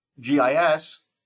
GIS